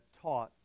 taught